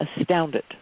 astounded